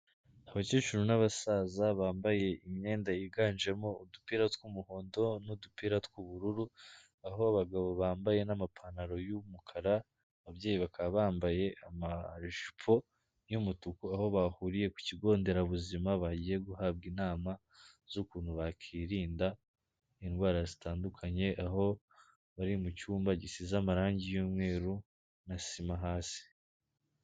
Abakecuru n'abasaza bambaye imyenda yiganjemo udupira tw'umuhondo n'udupira tw'ubururu aho abagabo bambaye n'amapantaro y'umukara, ababyeyi bakaba bambaye amajipo y'umutuku aho bahuriye ku kigo nderabuzima, bagiye guhabwa inama z'ukuntu bakirinda indwara zitandukanye aho bari mu cyumba gisize amarangi y'umweru na sima hasi.